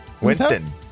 Winston